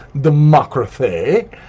democracy